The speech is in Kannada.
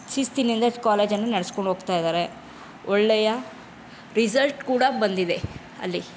ಶಿಸ್ತಿನಿಂದ ಕಾಲೇಜನ್ನು ನಡೆಸಿಕೊಂಡು ಹೋಗ್ತಾ ಇದ್ದಾರೆ ಒಳ್ಳೆಯ ರಿಸಲ್ಟ್ ಕೂಡಾ ಬಂದಿದೆ ಅಲ್ಲಿ